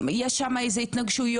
יש שם התנגשויות?